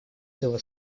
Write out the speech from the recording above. дебаты